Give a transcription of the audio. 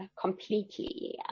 completely